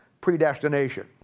predestination